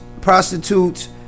prostitutes